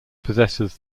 possesses